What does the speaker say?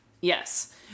Yes